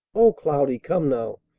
o cloudy, come now.